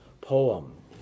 poem